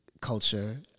culture